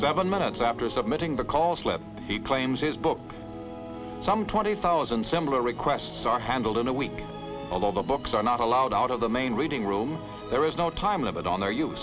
seven minutes after submitting the call slip he claims his book some twenty thousand similar requests are handled in a week although the books are not allowed out of the main reading room there is no time limit on the